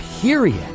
period